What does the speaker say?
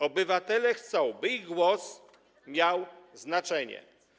Obywatele chcą, by ich głos miał znaczenie.